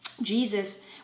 Jesus